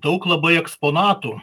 daug labai eksponatų